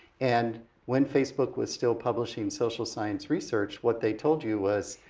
and when facebook was still publishing social science research, what they told you was,